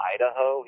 Idaho